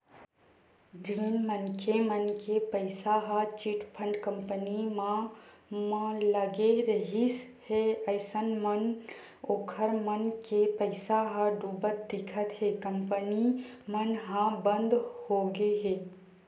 जेन मनखे मन के पइसा ह चिटफंड कंपनी मन म लगे रिहिस हे अइसन म ओखर मन के पइसा ह डुबत दिखत हे कंपनी मन ह बंद होगे हे